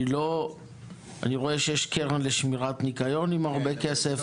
אני רואה שיש קרן לשמירת ניקיון, עם הרבה כסף.